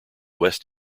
west